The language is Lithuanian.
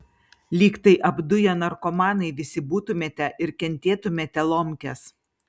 lyg tai apduję narkomanai visi būtumėte ir kentėtumėte lomkes